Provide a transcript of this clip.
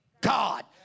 God